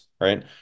right